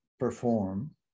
perform